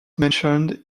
mentioned